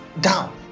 down